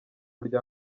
rya